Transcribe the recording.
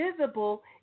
visible